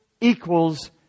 equals